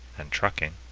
and trucking